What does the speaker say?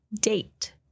date